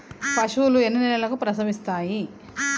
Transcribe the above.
పశువులు ఎన్ని నెలలకు ప్రసవిస్తాయి?